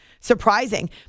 surprising